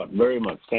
very much. thank